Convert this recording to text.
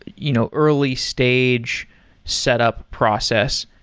you know early stage set up process.